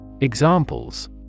Examples